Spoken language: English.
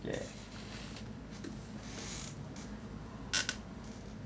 yeah